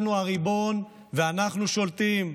אנחנו הריבון ואנחנו שולטים,